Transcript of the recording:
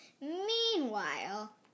Meanwhile